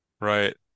right